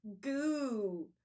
goo